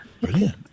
Brilliant